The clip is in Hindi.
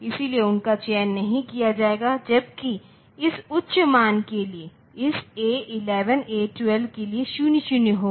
इसलिए उनका चयन नहीं किया जाएगा जबकि इस उच्च मान लिए इस A11 A12 के लिए 0 0 होगा